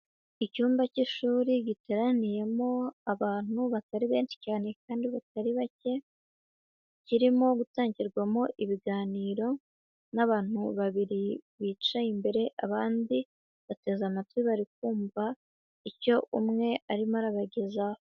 Icyumba k'ishuri giteraniyemo abantu batari benshi cyane kandi batari bake, kirimo gutangirwamo ibiganiro n'abantu babiri bicaye imbere, abandi bateze amatwi bari kumva icyo umwe arimo arabagezaho.